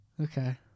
Okay